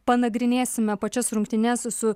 panagrinėsime pačias rungtynes su